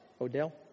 Odell